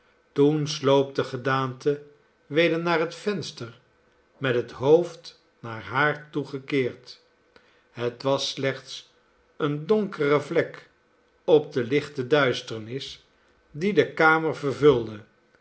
toen sloop de gedaante weder naar het venster met het hoofd naar haar toegekeerd het was slechts eene donkere vlek op de lichte duisternis die de kamer vervulde